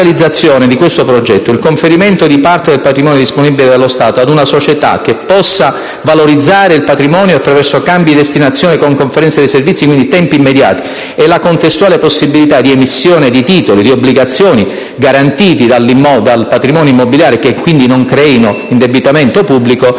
di questo progetto - il conferimento di parte del patrimonio disponibile dello Stato ad una società che possa valorizzarlo attraverso cambi di destinazione con conferenze di servizi e quindi in tempi immediati - e la contestuale possibilità di emissione di titoli ed obbligazioni garantiti dal patrimonio immobiliare, che non creino quindi indebitamento pubblico,